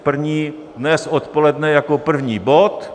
První dnes odpoledne jako první bod.